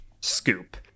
scoop